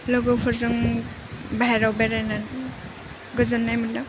लोगोफोरजों बाहेरायाव बेरायनानै गोजोननाय मोन्दों